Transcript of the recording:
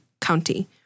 County